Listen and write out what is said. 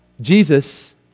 Jesus